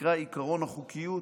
נקרא עקרון החוקיות,